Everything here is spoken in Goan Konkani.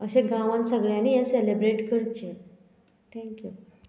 अशें गांवांत सगळ्यांनी हें सेलेब्रेट करचें थँक्यू